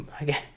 again